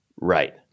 Right